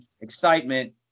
excitement